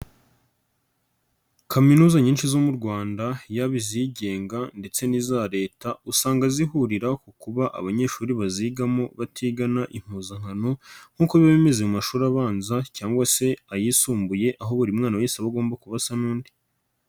Kaminuza nyinshi zo mu Rwanda, yaba izigenga ndetse n'iza leta, usanga zihurira ku kuba abanyeshuri bazigamo batigana impuzankano, nk'uko biba bimeze mu mashuri abanza cyangwa se ayisumbuye, aho buri mwana wese aba agomba kuba asa n'undi.